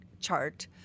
chart